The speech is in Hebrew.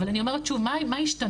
אבל אני אומרת שוב, מה ישתנה?